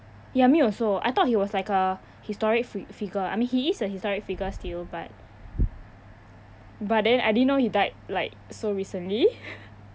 ya me also I thought he was like a historic fi~ figure I mean he is a historic figure still but but then I didn't know that he died like so recently